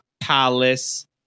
Palace